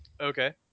okay